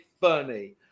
funny